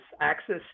access